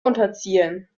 unterziehen